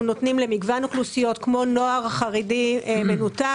אנחנו נותנים למגוון אוכלוסיות כמו נוער חרדי מנותק